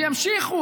וימשיכו,